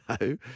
No